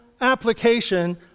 application